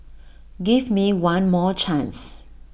give me one more chance